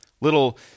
little